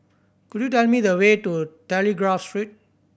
could you tell me the way to Telegraph Street